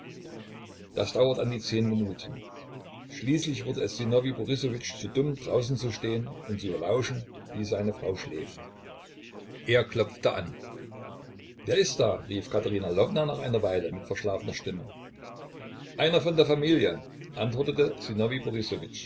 das dauerte an die zehn minuten schließlich wurde es sinowij borissowitsch zu dumm draußen zu stehen und zu lauschen wie seine frau schläft er klopfte an wer ist da rief katerina lwowna nach einer weile mit verschlafener stimme einer von der familie antwortete